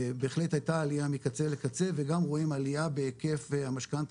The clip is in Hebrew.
בהחלט היתה עליה מקצה לקצה וגם רואים עליה בהיקף המשכנתא